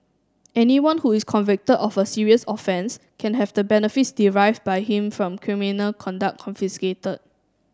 anyone who is convicted of a serious offence can have the benefits derived by him from criminal conduct confiscated